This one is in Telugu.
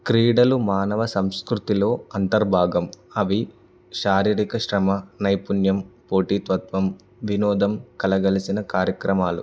క్రీడలు మానవ సంస్కృతిలో అంతర్భాగం అవి శారీరిక శ్రమ నైపుణ్యం పోటీతత్వం వినోదం కలగలిసిన కార్యక్రమాలు